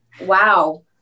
Wow